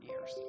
years